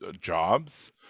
jobs